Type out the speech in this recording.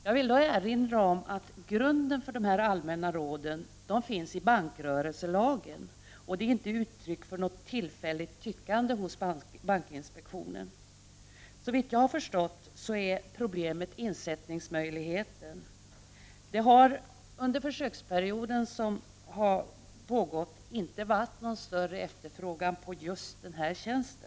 Jag vill erinra om att grunden för dessa allmänna råd finns i bankrörelselagen och inte är uttryck för något tillfälligt tyckande hos bankinspektionen. Såvitt jag har förstått är problemet insättningsmöjligheten. Det har under försöksperioden inte varit någon större efterfrågan på just denna tjänst.